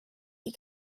you